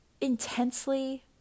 intensely